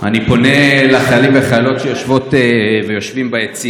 אני פונה לחיילים ולחיילות שיושבים ביציע: